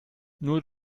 nur